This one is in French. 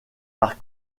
par